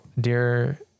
Dear